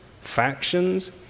factions